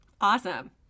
Awesome